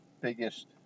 biggest